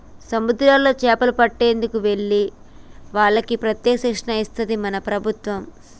సముద్రాల్లో చేపలు పట్టేందుకు వెళ్లే వాళ్లకి ప్రత్యేక శిక్షణ ఇస్తది మన ప్రభుత్వం